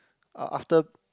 uh after